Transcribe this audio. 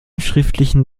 schriftlichen